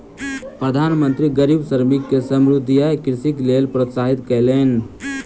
प्रधान मंत्री गरीब श्रमिक के समुद्रीय कृषिक लेल प्रोत्साहित कयलैन